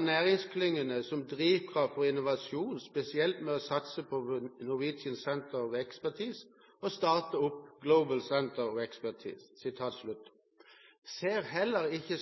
næringsklyngene som drivkraft for innovasjon, spesielt ved å satse på Norwegian Centres of Expertise» «og starte opp Global Centres of Expertise.» Ser statsråden heller ikke